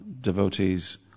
devotees